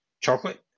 chocolate